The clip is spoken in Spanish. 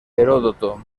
heródoto